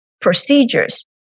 procedures